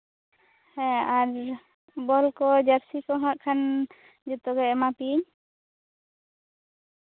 ᱦᱮᱸ ᱵᱚᱞᱠᱚ ᱡᱟᱹᱨᱥᱤ ᱠᱚ ᱟᱨ ᱠᱷᱟᱱ ᱡᱚᱛᱚᱜᱮ ᱮᱢᱟ ᱯᱤᱭᱟᱹᱧ